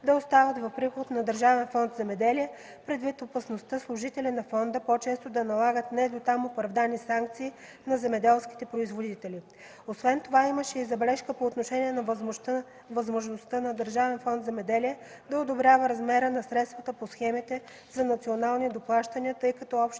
да остават в приход на Държавен фонд „Земеделие”, предвид опасността служители на фонда по-често да налагат не дотам оправдани санкции на земеделските производители. Освен това имаше и забележка по отношение на възможността ДФ „Земеделие” да одобрява размера на средствата по схемите за национални доплащания, тъй като общите